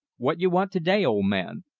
what you want to-day, old man?